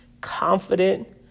confident